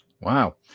Wow